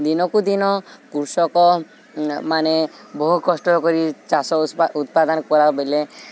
ଦିନକୁ ଦିନ କୃଷକମାନେ ବହୁ କଷ୍ଟ କରି ଚାଷ ଉତ୍ପାଦନ କଲା ବେଲେ